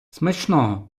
смачного